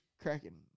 cracking